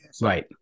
right